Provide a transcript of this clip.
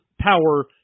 power